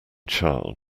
child